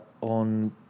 on